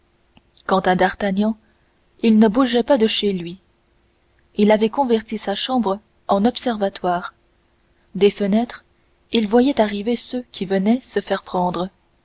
quant à d'artagnan il ne bougeait pas de chez lui il avait converti sa chambre en observatoire des fenêtres il voyait arriver ceux qui venaient se faire prendre